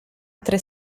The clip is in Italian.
tre